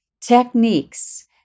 techniques